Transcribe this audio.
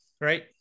right